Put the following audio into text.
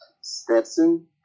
Stetson